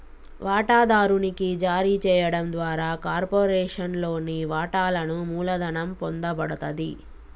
వాటాదారునికి జారీ చేయడం ద్వారా కార్పొరేషన్లోని వాటాలను మూలధనం పొందబడతది